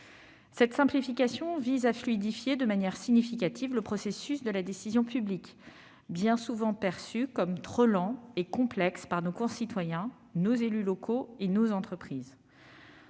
Cette simplification vise à fluidifier de manière significative le processus de la décision publique, bien souvent perçu comme trop lent et complexe par nos concitoyens, nos élus locaux et nos entreprises.